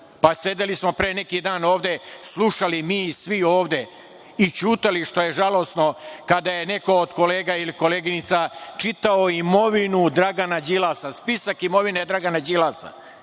drugog. Sedeli smo pre neki dan ovde, slušali mi svi ovde i ćutali što je žalosno, kada je neko od kolega ili koleginica čitao imovinu Dragana Đilasa, spisak imovine Dragana Đilasa.